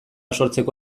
sortzeko